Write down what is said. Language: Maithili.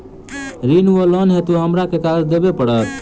ऋण वा लोन हेतु हमरा केँ कागज देबै पड़त?